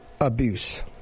abuse